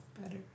better